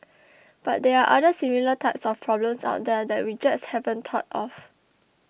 but there are other similar type of problems out there that we just haven't thought of